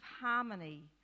harmony